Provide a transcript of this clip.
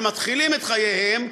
שמתחילים את חייהם,